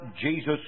Jesus